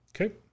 Okay